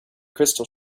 crystal